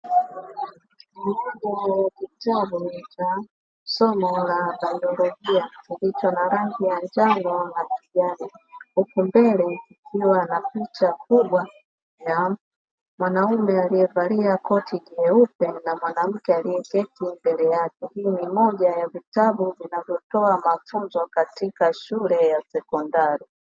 Moja ya kitabu cha somo la biolojia kilicho na rangi ya njano na kijani, huku mbele ikiwa na picha kubwa ya mwanaume aliyevalia koti jeupe na mwanamke aliyeketi mbele yake. Hii ni moja ya vitabu vinavyotoa mafunzo katika shule ya sekondari.